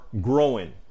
growing